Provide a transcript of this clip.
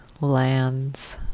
lands